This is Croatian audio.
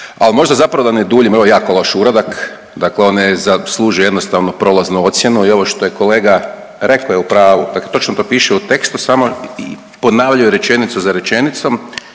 Ali možda zapravo da ne duljim ovo je jako loš uradak, dakle on ne zaslužuje jednostavno prolaznu ocjenu i ovo što je kolega rekao je u pravu. Dakle točno to piše u tekstu samo ponavljaju rečenicu za rečenicom